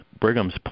Brigham's